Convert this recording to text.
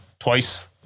twice